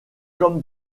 comme